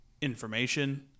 information